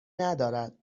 ندارد